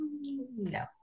no